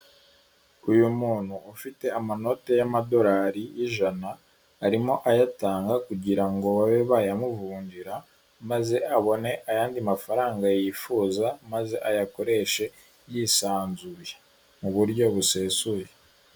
Uyu muntu ufite amanote y'amadorari y'ijana, arimo ayatanga kugira ngo babe bayamuvunjira, maze abone ayandi mafaranga yifuza, maze ayakoreshe yisanzuye. Mu buryo busesuye.